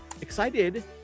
excited